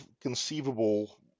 conceivable